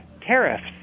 tariffs